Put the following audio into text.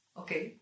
okay